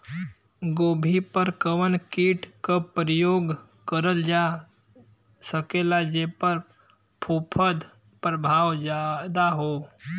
गोभी पर कवन कीट क प्रयोग करल जा सकेला जेपर फूंफद प्रभाव ज्यादा हो?